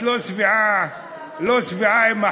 הצעת